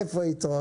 איפה יתרות?